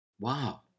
Wow